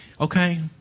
Okay